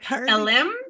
LM